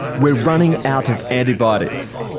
we are running out of antibiotics.